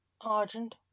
Argent